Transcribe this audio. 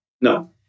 No